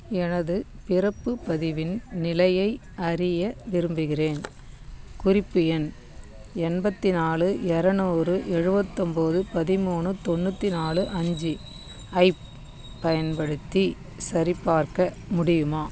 எனது பிறப்பு பதிவின் நிலையை அறிய விரும்புகிறேன் குறிப்பு எண் எண்பத்தி நாலு இரநூறு எழுபத்து ஒன்போது பதிமூணு தொண்ணூற்றி நாலு அஞ்சு ஐப் பயன்படுத்தி சரிபார்க்க முடியுமா